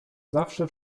zawsze